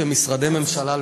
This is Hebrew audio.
כמשרדי ממשלה,